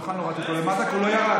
מהדוכן הורדתי אותו למטה, כי הוא לא ירד.